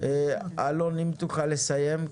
אלון, אם תוכל לסיים.